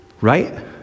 right